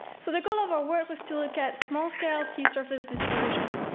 so the goal of our work was to look at small-scale sea surface dispersion,